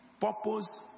purpose